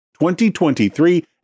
2023